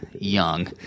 young